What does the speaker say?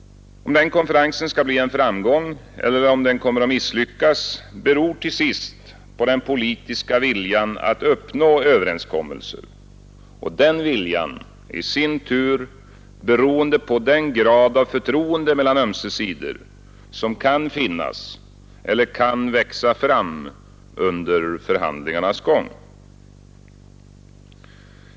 Om den konferensen skall bli en framgång, eller om den kommer att misslyckas, beror till sist på den politiska viljan att uppnå överenskommelser. Den viljan är i sin tur beroende på den grad av förtroende mellan ömse sidor, som kan finnas eller kan växa fram under förhandlingarnas gång.